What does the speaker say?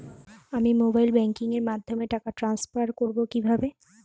আমি mobile banking এর মাধ্যমে টাকা টান্সফার করব কিভাবে?